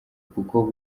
kuko